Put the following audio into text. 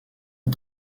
est